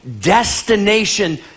destination